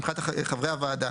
מבחינת חברי הוועדה